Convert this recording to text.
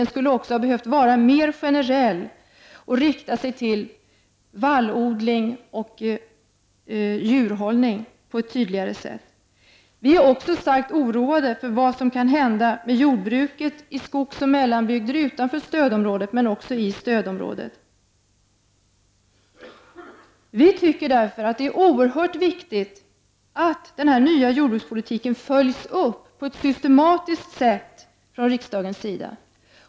Den skulle också ha behövt vara mer generell och riktats sig till vallodling och djurhållning på ett tydligare sätt. Vi är starkt oroade för vad som kan hända med jordbruket i skogsoch mellanbygder utanför stödområdet men också inom stödområdet. Vi tycker därför att är oerhört viktigt att den nya jordbrukspolitiken följs upp på ett systematiskt sätt från riksdagens sida.